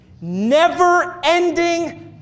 never-ending